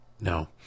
No